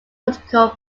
political